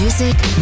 Music